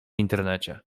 internecie